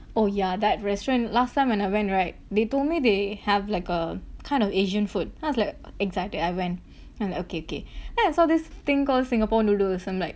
oh yeah that restaurant last time when I went right they told me they have like a kind of asian food then I was like excited I went I'm like okay okay then I saw this thing called singapore noodles I'm like